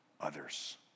others